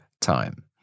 time